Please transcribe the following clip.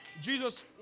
Jesus